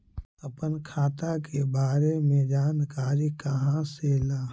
अपन खाता के बारे मे जानकारी कहा से ल?